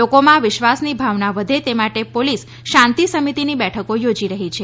લોકોમાં વિશ્વાસની ભાવના વધે તે માટે પોલીસ શાંતિ સમિતિની બેઠકો યોજી રહી છે